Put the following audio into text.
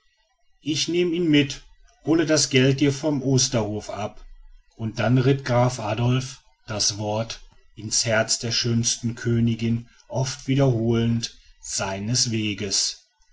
ich nehm ihn mit hole das geld dir von osterhof ab und dann ritt graf adolf das wort ins herz der schönsten königin oft wiederholend seines weges